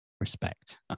respect